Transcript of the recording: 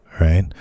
right